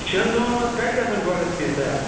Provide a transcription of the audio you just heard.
شٮ۪ن دۄہَن منٛز کَتہِ گژھَن ڈۄڈ ہَتھ پیٖس تیار